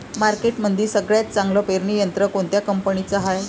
मार्केटमंदी सगळ्यात चांगलं पेरणी यंत्र कोनत्या कंपनीचं हाये?